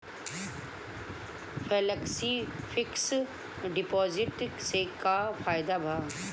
Flexi fix deposit से का फायदा भा?